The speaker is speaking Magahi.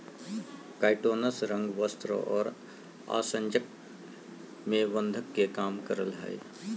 काइटोनस रंग, वस्त्र और आसंजक में बंधक के काम करय हइ